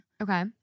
okay